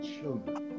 children